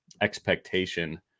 expectation